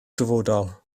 dyfodol